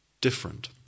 different